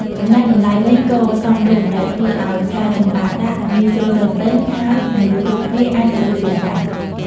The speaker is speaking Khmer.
ចំណែកតម្លៃវិញក៏សមរម្យ ដែលធ្វើឱ្យផ្លែចម្ប៉ាដាក់ងាយស្រួលរកទិញ ហើយមនុស្សគ្រប់គ្នាអាចទទួលទានបាន។